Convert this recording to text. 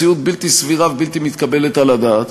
מציאות בלתי סבירה ובלתי מתקבלת על הדעת,